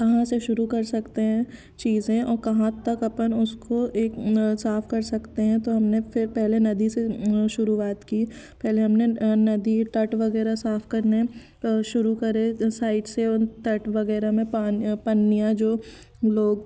कहाँ से शुरू कर सकते हैं और कहाँ तक अपन उसको एक साफ कर सकते हैं तो हमने फिर पहले नदी से शुरुआत की पहले हमने नदी तट वगैरह साफ करने शुरू करे साइट से तट वगैरह में पन्नियाँ जो लोग